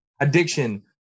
addiction